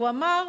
והוא אמר,